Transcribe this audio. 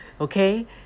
Okay